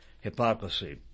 hypocrisy